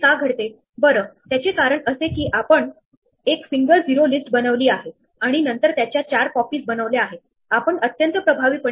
तेव्हा मला इथे 00 हा एक नवीन शेजारी मिळत आहे आणि नंतर मी क्यू मधून 10 घेऊन पुढे सतत करणार आहे